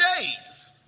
days